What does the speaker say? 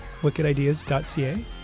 wickedideas.ca